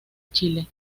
chile